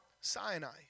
Sinai